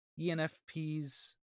ENFPs